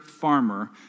farmer